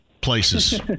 places